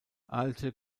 alte